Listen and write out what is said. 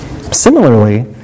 Similarly